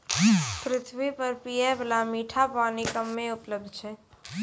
पृथ्वी पर पियै बाला मीठा पानी कम्मे उपलब्ध छै